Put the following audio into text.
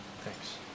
Thanks